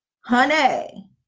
Honey